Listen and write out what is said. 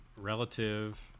relative